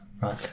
Right